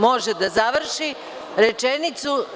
Može da završi rečenicu.